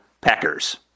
Packers